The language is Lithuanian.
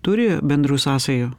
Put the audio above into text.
turi bendrų sąsajų